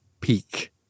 peak